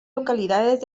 localidades